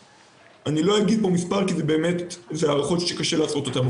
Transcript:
אני לא אגיד מספר כי אלה באמת הערכות שקשה לעשות אותן,